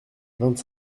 vingt